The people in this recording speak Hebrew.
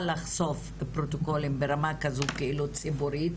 לחשוף פרוטוקולים ברמה כזו כאילו ציבורית,